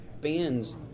bands